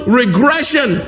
regression